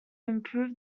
improve